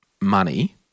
money